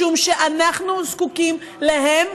משום שאנחנו זקוקים להם